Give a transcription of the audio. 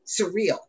surreal